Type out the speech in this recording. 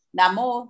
Namo